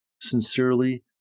sincerely